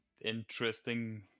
Interesting